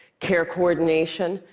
care coordination,